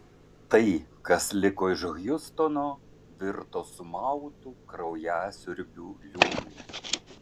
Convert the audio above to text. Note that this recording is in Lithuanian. tai kas liko iš hjustono virto sumautu kraujasiurbių liūnu